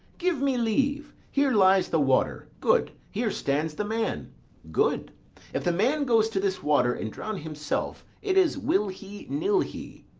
give me leave. here lies the water good here stands the man good if the man go to this water and drown himself, it is, will he, nill he,